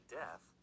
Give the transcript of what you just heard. death